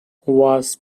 was